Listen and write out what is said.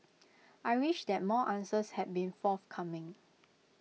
I wish that more answers had been forthcoming